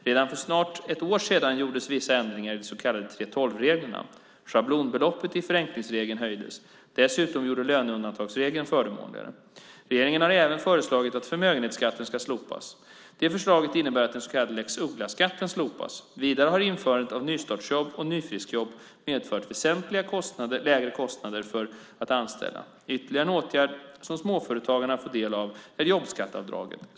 Redan för snart ett år sedan gjordes vissa ändringar i de så kallade 3:12-reglerna. Schablonbeloppet i förenklingsregeln höjdes. Dessutom gjordes löneunderlagsregeln förmånligare. Regeringen har även föreslagit att förmögenhetsskatten ska slopas. Det förslaget innebär att den så kallade lex Uggla-skatten slopas. Vidare har införandet av nystartsjobb och nyfriskjobb medfört väsentligt lägre kostnader för att anställa. Ytterligare en åtgärd som småföretagarna får del av är jobbskatteavdraget.